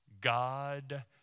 God